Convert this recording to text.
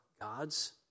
God's